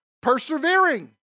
persevering